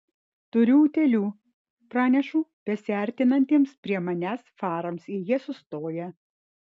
turiu utėlių pranešu besiartinantiems prie manęs farams ir jie sustoja